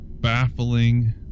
baffling